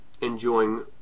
enjoying